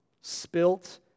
spilt